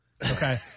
Okay